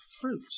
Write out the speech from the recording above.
fruit